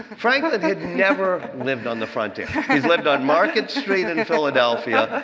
franklin had never lived on the frontier. he's lived on market street in philadelphia,